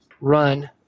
run